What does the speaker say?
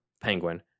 Penguin